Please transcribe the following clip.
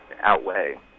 outweigh